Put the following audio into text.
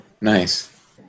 Nice